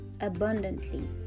abundantly